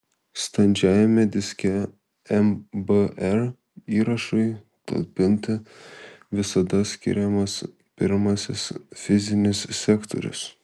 standžiajame diske mbr įrašui talpinti visada skiriamas pirmasis fizinis sektorius